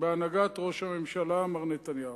בהנהגת ראש הממשלה מר נתניהו.